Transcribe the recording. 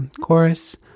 chorus